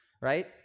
right